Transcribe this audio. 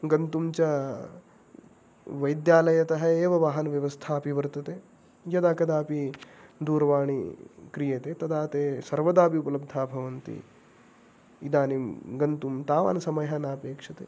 गन्तुं च वैद्यालयतः एव वाहनव्यवस्था अपि वर्तते यदा कदापि दूरवाणी क्रियते तदा ते सर्वदापि उपलब्धाः भवन्ति इदानीं गन्तुं तावान् समयः नापेक्ष्यते